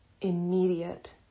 Immediate